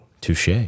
Touche